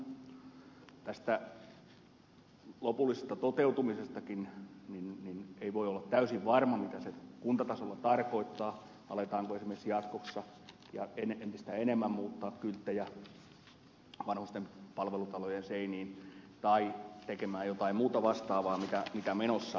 tämän lopullisesta toteutumisestakaan ei voi olla täysin varma mitä se kuntatasolla tarkoittaa aletaanko esimerkiksi jatkossa ja entistä enemmän muuttaa kylttejä vanhusten palvelutalojen seiniin tai tehdä jotain muuta vastaavaa mikä menossa on